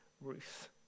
Ruth